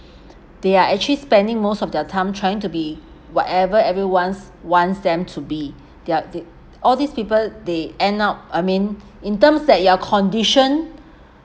they are actually spending most of their time trying to be whatever everyone's wants them to be they are the all these people they end up I mean in turn that you are conditioned